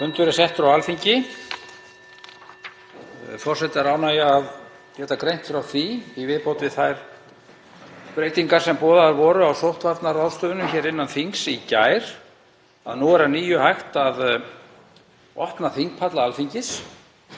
METADATA_END SPEECH_BEGIN Forseta er ánægja að geta greint frá því, í viðbót við þær breytingar sem boðaðar voru á sóttvarnaráðstöfunum hér innan þings í gær, að nú er að nýju hægt að opna þingpalla Alþingis.